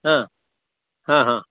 ಹಾಂ ಹಾಂ ಹಾಂ